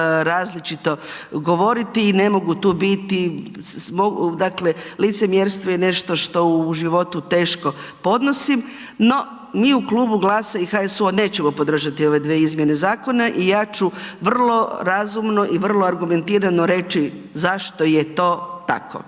različito govoriti i ne mogu tu biti, dakle licemjerstvo je nešto što u životu teško podnosim no mi u klubu GLAS-a i HSU- nećemo podržati ove dvije izmjene zakona i ja ću vrlo razumno i vrlo argumentirano reći zašto je to tako.